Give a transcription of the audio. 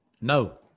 No